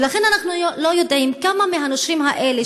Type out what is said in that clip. לכן אנחנו לא יודעים כמה מהנושרים האלה,